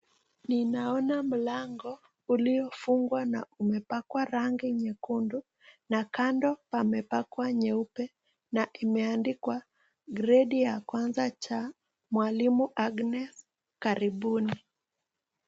Ninaona mlango uliyofungwa na imepakwa rangi nyekundu na kando yamepakwa nyeupe na imeandikwa gredi ya kwanza cha mwalimu Agnes karibuni.